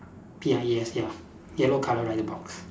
P I E S ya yellow colour right the box